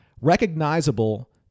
recognizable